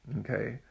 Okay